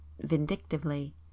vindictively